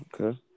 okay